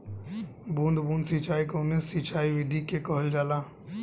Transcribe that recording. बूंद बूंद सिंचाई कवने सिंचाई विधि के कहल जाला?